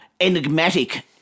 enigmatic